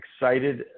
excited